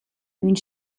une